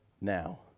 now